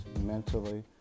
mentally